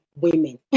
women